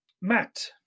Matt